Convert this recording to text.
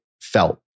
felt